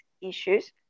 issues